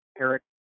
Eric